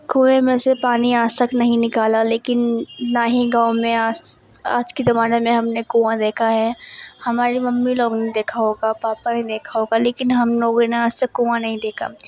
کنویں میں سے پانی آج تک نہیں نکالا لیکن نہ ہی گاؤں میں آج آج کے زمانے میں ہم نے کنواں دیکھا ہے ہماری ممی لوگوں نے دیکھا ہوگا پاپا نے دیکھا ہوگا لیکن ہم لوگوں نے آج تک کنواں نہیں دیکھا